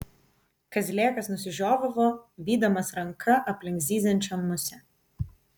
kazlėkas nusižiovavo vydamas ranka aplink zyziančią musę